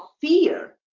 fear